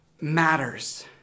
matters